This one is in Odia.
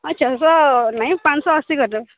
ହଁ ଛଅଶହ ନାଇଁ ପାଁଶହ ଅଶୀ କର